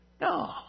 No